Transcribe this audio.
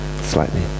Slightly